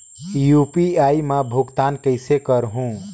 UPI मा भुगतान कइसे करहूं?